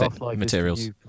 materials